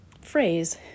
phrase